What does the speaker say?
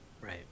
Right